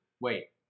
Wait